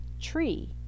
tree